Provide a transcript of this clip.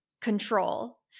control